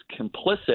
complicit